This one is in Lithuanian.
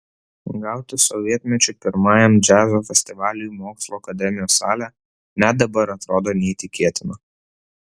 gauti sovietmečiu pirmajam džiazo festivaliui mokslų akademijos salę net dabar atrodo neįtikėtina